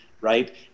right